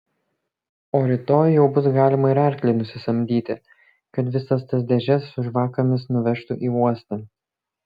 o rytoj jau bus galima ir arklį nusisamdyti kad visas tas dėžes su žvakėmis nuvežtų į uostą